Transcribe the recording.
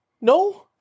No